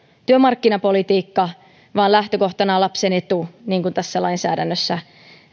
työmarkkinapolitiikka vaan lähtökohtana on lapsen etu niin kuin tässä lainsäädännössä